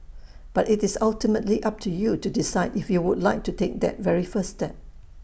but IT is ultimately up to you to decide if you would like to take that very first step